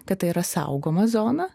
kad tai yra saugoma zona